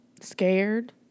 scared